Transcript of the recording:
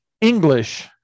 English